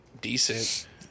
decent